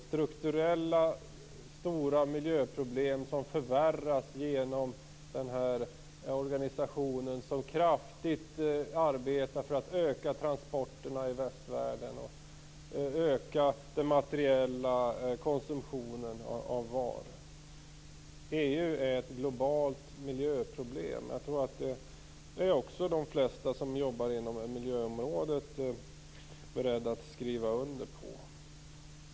Strukturella stora miljöproblem förvärras genom denna organisation, som arbetar kraftigt för att öka transporterna i västvärlden och för att öka den materiella konsumtionen av varor. EU är ett globalt miljöproblem. Det tror jag att de flesta som jobbar inom miljöområdet är beredda att skriva under på.